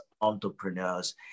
entrepreneurs